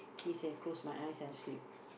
peace and close my eyes and sleep